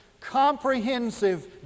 comprehensive